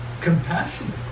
compassionate